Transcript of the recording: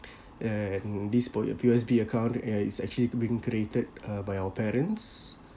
and this for your P_O_S_B account uh it's actually being created uh by our parents